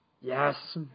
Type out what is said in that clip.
Yes